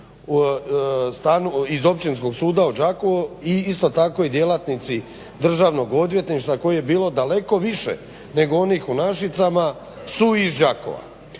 iz Općinskog suda u Đakovu i isto tako i djelatnici državnog odvjetništva kojih je bilo daleko više nego onih u Našicama su iz Đakova.